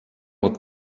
with